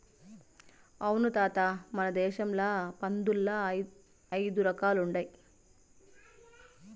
అవును తాత మన దేశంల పందుల్ల ఐదు రకాలుండాయి